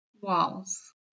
walls